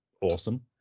awesome